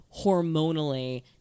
hormonally